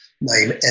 name